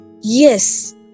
Yes